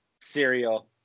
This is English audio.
cereal